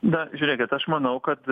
na žiūrėkit aš manau kad